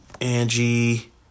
Angie